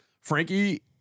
Frankie